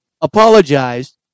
apologized